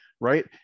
right